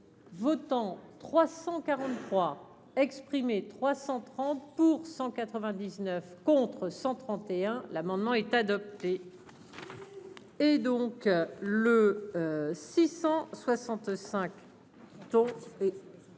Votants : 343 exprimés 330 pour 199 contre 131 l'amendement est adopté. Et donc le 665